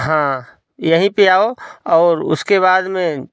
हाँ यहीं पे आओ और उसके बाद में